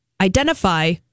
Identify